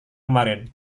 kemarin